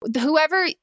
whoever